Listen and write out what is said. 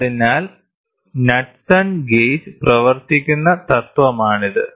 അതിനാൽ Knudsen gauge പ്രവർത്തിക്കുന്ന തത്വമാണിത്